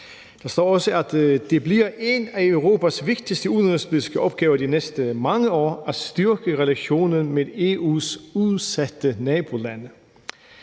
det bliver en af Europas vigtigste udenrigspolitiske opgaver de næste mange år at styrke relationen til EU's udsatte nabolande,